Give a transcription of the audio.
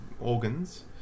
organs